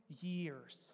years